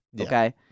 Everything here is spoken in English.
okay